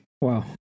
Wow